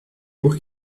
por